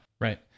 Right